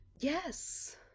Yes